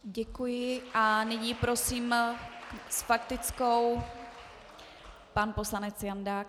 Děkuji a nyní prosím s faktickou pan poslanec Jandák.